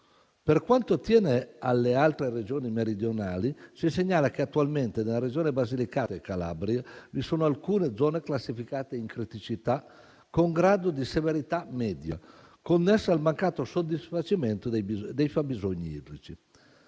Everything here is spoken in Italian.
Per quanto attiene alle altre Regioni meridionali, si segnala che attualmente nelle Regioni Basilicata e Calabria vi sono alcune zone classificate in criticità con grado di severità media, connessa al mancato soddisfacimento dei fabbisogni idrici.